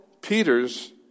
Peter's